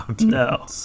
No